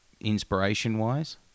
inspiration-wise